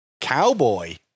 Cowboy